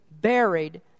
buried